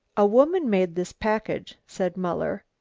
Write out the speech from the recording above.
a woman made this package, said muller,